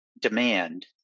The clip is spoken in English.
demand